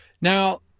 Now